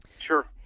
Sure